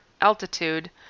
altitude